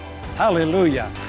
Hallelujah